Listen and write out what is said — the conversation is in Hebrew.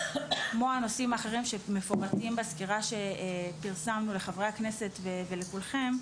כמו הנושאים האחרים שמפורטים בסקירה שפרסמנו לחברי הכנסת ולכולכם,